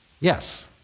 Yes